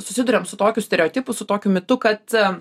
susiduriam su tokiu stereotipu su tokiu mitu kad